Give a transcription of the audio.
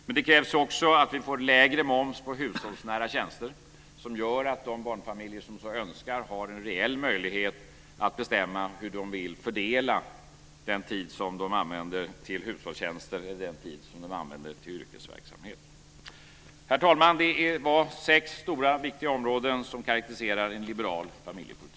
Men det krävs också att vi får lägre moms på hushållsnära tjänster, som gör att de barnfamiljer som så önskar har en reell möjlighet att bestämma hur de vill fördela den tid som de använder till hushållstjänster eller den tid som de använder till yrkesverksamhet. Herr talman! Det var sex stora viktiga områden som karakteriserar en liberal familjepolitik.